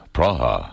Praha